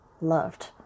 loved